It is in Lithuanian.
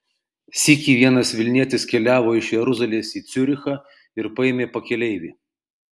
sykį vienas vilnietis keliavo iš jeruzalės į ciurichą ir paėmė pakeleivį